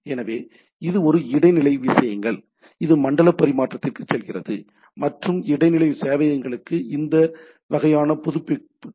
எனவே இது ஒரு இடைநிலை விஷயங்கள் இது மண்டல பரிமாற்றத்திற்குச் செல்கிறது மற்றும் இரண்டாம் நிலை சேவையகங்களுக்கு இந்த வகையான புதுப்பிப்புக்கு செல்கிறது